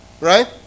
Right